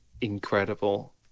incredible